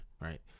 right